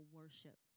worship